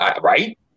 Right